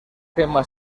gemma